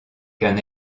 qu’un